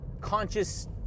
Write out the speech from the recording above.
conscious